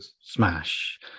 smash